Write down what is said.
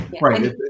Right